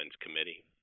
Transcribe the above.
Committee